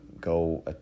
go